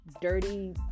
dirty